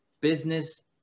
business